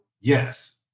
Yes